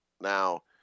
Now